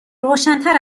روشنتر